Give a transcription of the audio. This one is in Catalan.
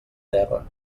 terra